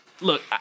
Look